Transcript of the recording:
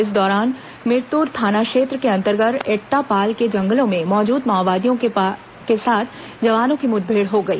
इसी दौरान मिरतुर थाना क्षेत्र के अंतर्गत एट्टापाल के जंगलों में मौजूद माओवादियों के साथ जवानों की मुठभेड़ हो गई